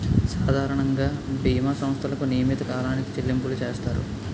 సాధారణంగా బీమా సంస్థలకు నియమిత కాలానికి చెల్లింపులు చేస్తారు